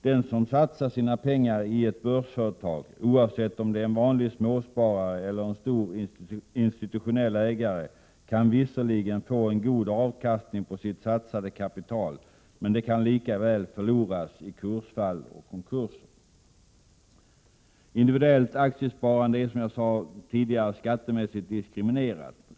Den som satsar sina pengar i ett börsföretag, oavsett om det är en vanlig småsparare eller en stor institutionell ägare, kan visserligen få en god avkastning på sitt satsade kapital. Men det kan lika väl förloras i kursfall och konkurser. Herr talman! Individuellt aktiesparande är skattemässigt diskriminerat.